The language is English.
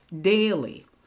daily